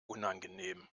unangenehm